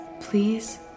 Please